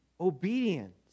obedience